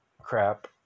Crap